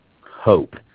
hope